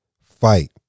fight